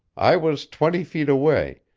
i was twenty feet away,